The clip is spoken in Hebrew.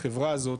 החברה הזאת,